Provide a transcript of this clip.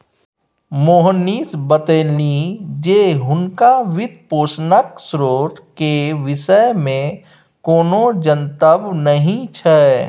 मोहनीश बतेलनि जे हुनका वित्तपोषणक स्रोत केर विषयमे कोनो जनतब नहि छै